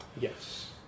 yes